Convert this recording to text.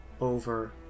over